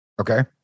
Okay